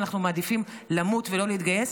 אנחנו מעדיפים למות ולא להתגייס,